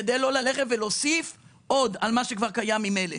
כדי לא ללכת ולהוסיף עוד על מה שכבר קיים ממילא.